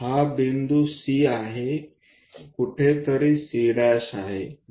हा बिंदू C आहे कुठेतरी C आहे